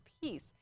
peace